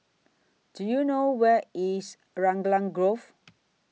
Do YOU know Where IS Raglan Grove